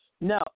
No